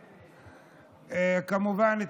כמובן,